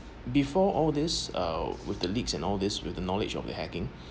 before all this uh with the leaks and all this with the knowledge of the hacking